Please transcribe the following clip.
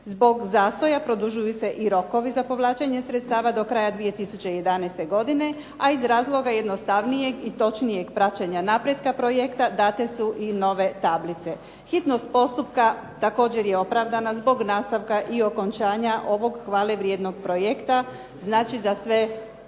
Zbog zastoja produžuju se i rokovi za povlačenje sredstava do kraja 2011. godine, a iz razloga jednostavnijeg i točnijeg praćenja napretka projekta, date su i nove tablice. Hitnost postupka također je opravdana zbog nastavka i okončanja ovog hvalevrijednog projekta, znači za sve hrvatske